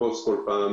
לקפוץ כל פעם